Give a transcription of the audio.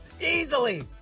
Easily